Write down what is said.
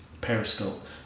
Periscope